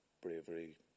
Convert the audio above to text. bravery